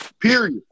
Period